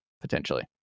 potentially